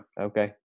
Okay